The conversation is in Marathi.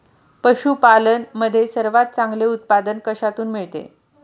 पशूपालन मध्ये सर्वात चांगले उत्पादन कशातून मिळते?